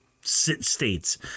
states